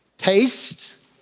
Taste